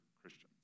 Christians